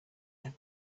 left